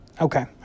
Okay